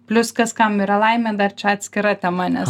plius kas kam yra laimė dar čia atskira tema nes